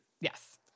Yes